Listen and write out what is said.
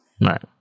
Right